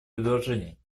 предложений